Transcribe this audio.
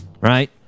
Right